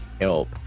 help